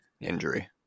injury